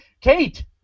Kate